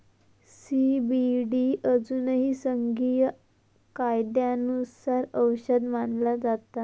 CBD अजूनही संघीय कायद्यानुसार औषध मानला जाता